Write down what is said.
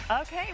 Okay